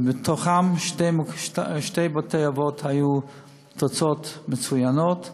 מתוכם לשני בתי-אבות היו תוצאות מצוינות,